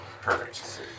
Perfect